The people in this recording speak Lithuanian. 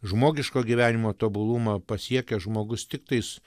žmogiško gyvenimo tobulumą pasiekęs žmogus tiktais